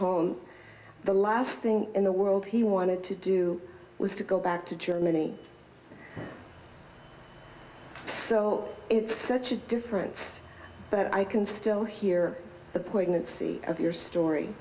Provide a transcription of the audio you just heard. home the last thing in the world he wanted to do was to go back to germany so it's such a difference that i can still hear the poignancy of your story